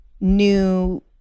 new